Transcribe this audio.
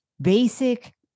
basic